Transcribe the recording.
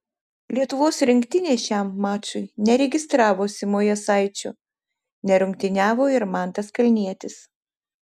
lietuvos rinktinė šiam mačui neregistravo simo jasaičio nerungtyniavo ir mantas kalnietis